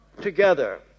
together